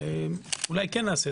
אולי כן נעשה.